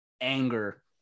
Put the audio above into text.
anger